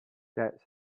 that